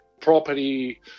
property